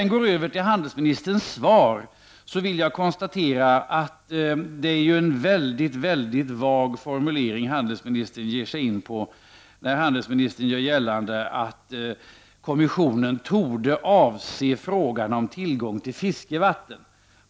När det gäller handelsministerns svar kan jag konstatera att hon ger sig in på en väldigt vag formulering när hon gör gällande att kommissionen torde avse frågan om tillgång till fiskevatten.